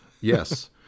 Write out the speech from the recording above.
Yes